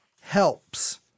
helps